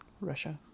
Russia